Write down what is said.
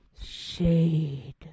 Shade